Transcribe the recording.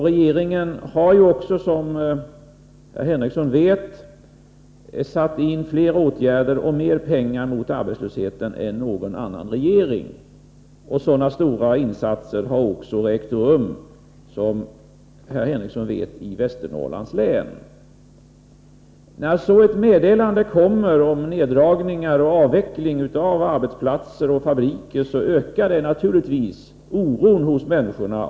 Regeringen har, som herr Henricsson vet, satt in flera åtgärder och mer pengar mot arbetslösheten än någon annan regering. Sådana stora insatser har också ägt rum, som herr Henricsson vet, i Västernorrlands län. När så ett meddelande kommer om neddragningar och avveckling av arbetsplatser och fabriker ökar det av naturliga skäl oron hos människorna.